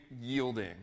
yielding